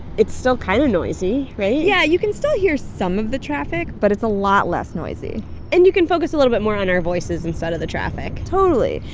it's still kind of noisy, right? yeah. you can still hear some of the traffic, but it's a lot less noisy and you can focus a little bit more on our voices instead of the traffic totally.